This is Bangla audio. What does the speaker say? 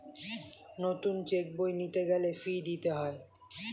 নতুন চেক বই নিতে গেলে ফি দিতে হয়